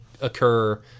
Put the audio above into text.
occur